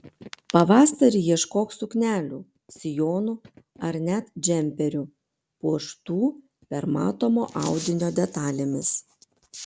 pavasarį ieškok suknelių sijonų ar net džemperių puoštų permatomo audinio detalėmis